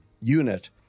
unit